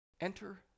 Enter